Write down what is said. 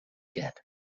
get